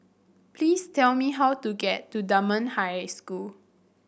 please tell me how to get to Dunman High School